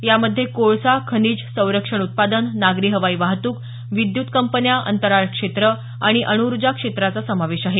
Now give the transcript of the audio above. यामध्ये कोळसा खनिज संरक्षण उत्पादन नागरी हवाई वाहतूक विद्युत कंपन्या अंतराळ क्षेत्र आणि अण् ऊर्जा क्षेत्राचा समावेश आहे